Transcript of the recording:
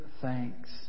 thanks